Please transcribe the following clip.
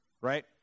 Right